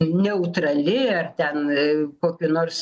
neutrali ar ten kokiu nors